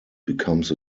becomes